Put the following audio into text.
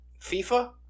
FIFA